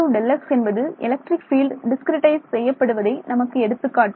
12Δx என்பது electric field discretise செய்யப்படுவதை நமக்கு எடுத்துக் காட்டும்